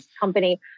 company